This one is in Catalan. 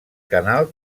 canal